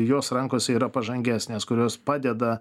jos rankose yra pažangesnės kurios padeda